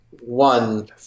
One